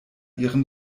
ihren